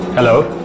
hello.